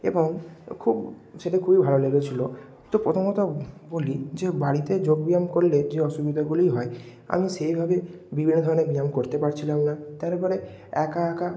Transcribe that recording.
এবং খুব সেটা খুবই ভালো লেগেছিল তো প্রথমত বলি যে বাড়িতে যোগব্যায়াম করলে যে অসুবিধাগুলি হয় আমি সেইভাবে বিভিন্ন ধরনের ব্যায়াম করতে পারছিলাম না তারপরে একা একা